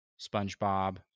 SpongeBob